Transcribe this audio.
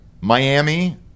Miami